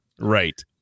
Right